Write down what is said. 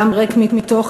גם ריק מתוכן,